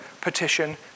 petition